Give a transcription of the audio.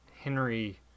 Henry